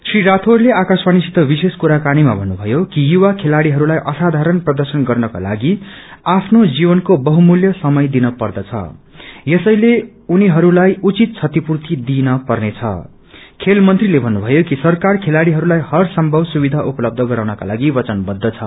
श्री राठौड़ले आकाश्यवाणी सित विश्रेष कुराकानीमा भन्नुभयो कि युवा खेलाड़ीइस्लाई असाधारण प्रद्रशनको लागि आफ्नो जीवनको बहुमूल्य समय दिन पर्दछ यसैले उनीहरूलाई उचित बतिपूर्ति दिइन पर्नेछ खेल मंत्रीले भन्नुथयो कि सरकार खेलाड़ीहरूलाई हर संभव सुविधा उपलब्ध गराउनको लागि वचनबद्ध छ